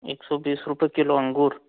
एक सौ बीस रुपये किलो अंगूर